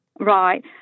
Right